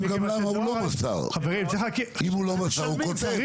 אם הדואר לא מסר, הוא כותב